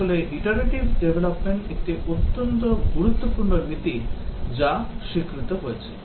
আসলে iterative development একটি অন্যতম গুরুত্বপূর্ণ নীতি যা স্বীকৃত হয়েছে